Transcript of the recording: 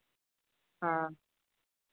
ᱦᱮᱸ